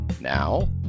Now